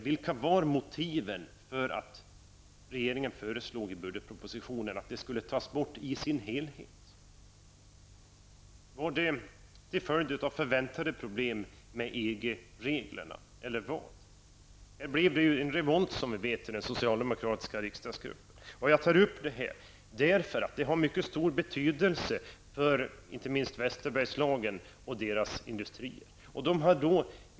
Vilka var motiven till att regeringen i budgetpropositionen föreslog att transportstödet i dess helhet skulle tas bort? Berodde det på förväntade problem med EG-reglerna? Som vi vet blev det en revolt i den socialdemokratiska riksdagsgruppen. Jag tar upp denna fråga eftersom transportstödet har en mycket stor betydelse inte minst för Västerbergslagen och dess industrier.